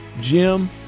Jim